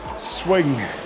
swing